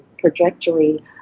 trajectory